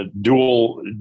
dual